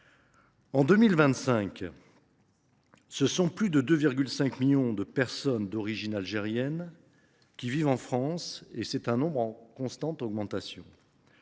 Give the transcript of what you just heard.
En 2025, plus de 2,5 millions de personnes d’origine algérienne vivent en France, un nombre en constante augmentation.